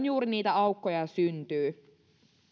juuri silloin niitä aukkoja syntyy